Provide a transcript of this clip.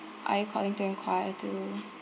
are you according to inquire to